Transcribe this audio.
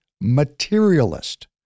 materialist